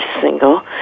single